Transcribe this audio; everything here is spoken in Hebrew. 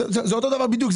זה אותו דבר בדיוק,